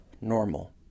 normal